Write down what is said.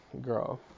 Girl